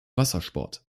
wassersport